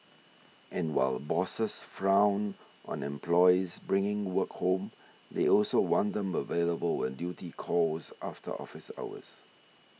and while bosses frown on employees bringing work home they also want them available when duty calls after office hours